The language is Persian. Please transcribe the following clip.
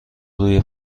روی